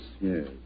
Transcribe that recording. Yes